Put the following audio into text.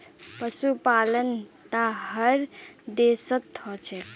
पशुपालन त हर देशत ह छेक